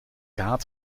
haat